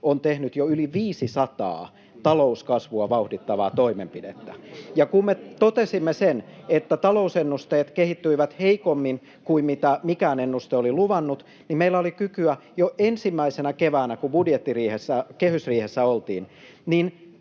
on tehnyt jo yli 500 talouskasvua vauhdittavaa toimenpidettä. Ja kun me totesimme sen, että talousennusteet kehittyivät heikommin kuin mitä mikään ennuste oli luvannut, niin meillä oli kykyä jo ensimmäisenä keväänä, kun kehysriihessä oltiin,